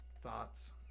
thoughts